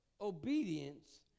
obedience